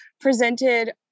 presented